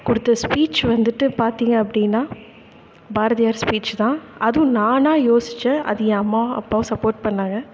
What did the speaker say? கொடுத்த ஸ்பீச் வந்துட்டு பார்த்தீங்க அப்படின்னா பாரதியார் ஸ்பீச் தான் அதுவும் நானாக யோசித்தேன் அது என் அம்மா அப்பாவும் சப்போர்ட் பண்ணாங்க